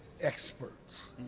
experts